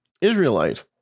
Israelite